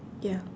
ya